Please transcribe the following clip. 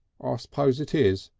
ah suppose it is.